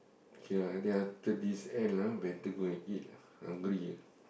K lah then after this end lah we have to go and eat lah hungry ah